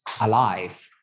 alive